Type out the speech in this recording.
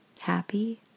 happy